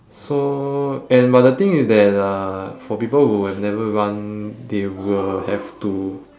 so and but the thing is that uh for people who have never run they will have to